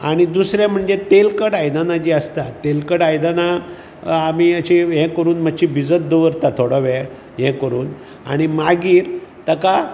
आनी दुसरें म्हणजे तेलकट आयदानां जीं आसता तेलकट आयदानां आमी अशीं हें करून मात्शीं भिजत दवरता थोडो वेळ हें करून आनी मागीर ताका